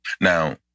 Now